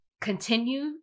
continue